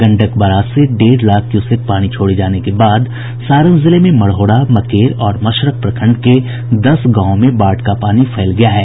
Gandak barrage से डेढ़ lakh cusec पानी छोड़े जाने के बाद सारण जिले में मढौरा मकेर और मशरक प्रखंड के दस गांवों में बाढ़ का पानी फैल गया है